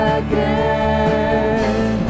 again